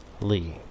Lee